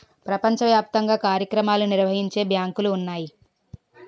ప్రపంచ వ్యాప్తంగా కార్యక్రమాలు నిర్వహించే బ్యాంకులు ఉన్నాయి